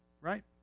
right